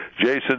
Jason